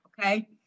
Okay